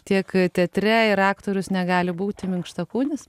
tiek teatre ir aktorius negali būti minkštakūnis